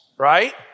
right